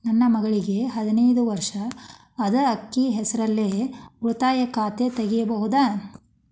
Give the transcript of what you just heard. ನನ್ನ ಮಗಳಿಗೆ ಹದಿನೈದು ವರ್ಷ ಅದ ಅಕ್ಕಿ ಹೆಸರಲ್ಲೇ ಉಳಿತಾಯ ಖಾತೆ ತೆಗೆಯಬಹುದಾ?